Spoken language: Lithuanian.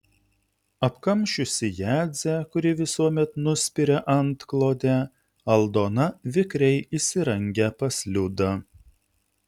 apkamšiusi jadzę kuri visuomet nuspiria antklodę aldona vikriai įsirangę pas liudą